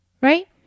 Right